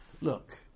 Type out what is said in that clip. look